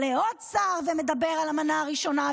עולה עוד שר ומדבר על המנה הראשונה,